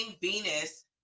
Venus